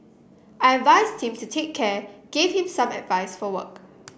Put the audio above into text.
I advised him to take care gave him some advice for work